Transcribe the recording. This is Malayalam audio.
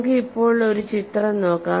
നമുക്ക് ഇപ്പോൾ ഒരു ചിത്രം നോക്കാം